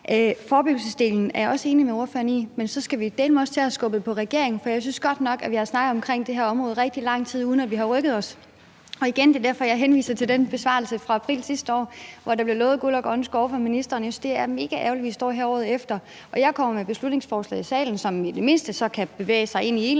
Forebyggelsesdelen er jeg også enig med ordføreren i, men så skal vi dæleme også til at have skubbet på regeringen, for jeg synes godt nok, at vi har snakket om det her område i rigtig lang tid, uden at vi har rykket os. Og igen: Det er derfor, jeg henviser til den besvarelse fra april sidste år, hvor der blev lovet guld og grønne skove af ministeren. Jeg synes, det er megaærgerligt, at vi står her året efter. Jeg kommer med et beslutningsforslag i salen, som i det mindste kan bevæge sig ind i en eller anden